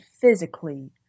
physically